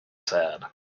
sad